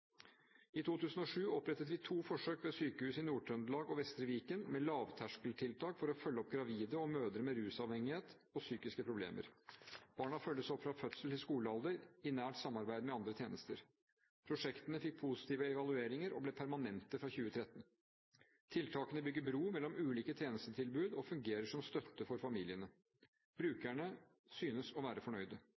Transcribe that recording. I 2007 opprettet vi to forsøk ved sykehus i Nord-Trøndelag og Vestre Viken med lavterskeltiltak for å følge opp gravide og mødre med rusavhengighet og psykiske problemer. Barna følges opp fra fødsel til skolealder i nært samarbeid med andre tjenester. Prosjektene fikk positive evalueringer og ble permanente fra 2013. Tiltakene bygger bro mellom ulike tjenestetilbud og fungerer som støtte for familiene. Brukerne synes å være fornøyde.